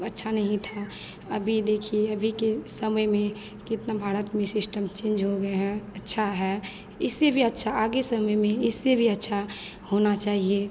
अच्छा नहीं था अभी देखिए अभी के समय में कितना भारत में सिस्टम चेंज हो गए हैं अच्छा है इससे भी अच्छा आगे समय में इससे भी अच्छा होना चाहिए